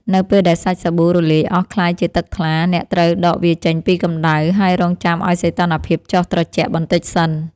នៅពេលដែលសាច់សាប៊ូរលាយអស់ក្លាយជាទឹកថ្លា អ្នកត្រូវដកវាចេញពីកម្ដៅ ហើយរង់ចាំឱ្យសីតុណ្ហភាពចុះត្រជាក់បន្តិចសិន។